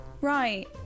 Right